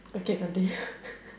okay continue